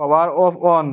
power on on